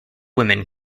women